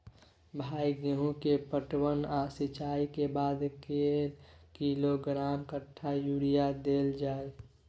भाई गेहूं के पटवन आ सिंचाई के बाद कैए किलोग्राम कट्ठा यूरिया देल जाय?